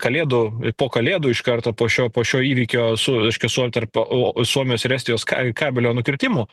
kalėdų po kalėdų iš karto po šio po šio įvykio su reiškia su alter po o suomijos ir estijos ka kabelio nukirtimu